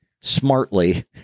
smartly